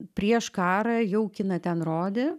prieš karą jau kiną ten rodė